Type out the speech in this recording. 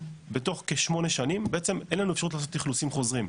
בתוך כ-8 שנים בעצם אין לנו אפשרות לעשות איכלוסים חוזרים.